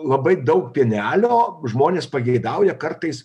labai daug pienelio žmonės pageidauja kartais